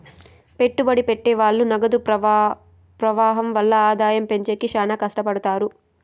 పెట్టుబడి పెట్టె వాళ్ళు నగదు ప్రవాహం వల్ల ఆదాయం పెంచేకి శ్యానా కట్టపడుతారు